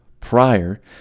Prior